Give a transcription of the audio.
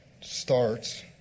starts